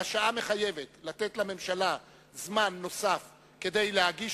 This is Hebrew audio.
והשעה מחייבת לתת לממשלה זמן נוסף כדי להגיש